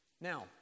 Now